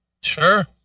Sure